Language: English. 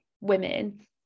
women